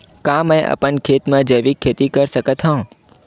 का मैं अपन खेत म जैविक खेती कर सकत हंव?